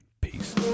Peace